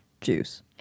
juice